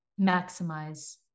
maximize